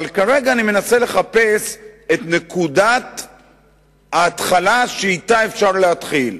אבל כרגע אני מנסה לחפש את הנקודה שאתה אפשר להתחיל,